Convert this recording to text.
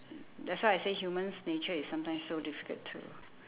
that's why I say human's nature is sometimes so difficult too